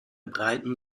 breiten